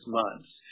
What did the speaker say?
months